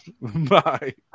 bye